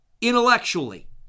intellectually